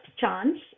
chance